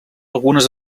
algunes